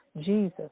Jesus